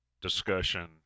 discussion